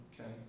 Okay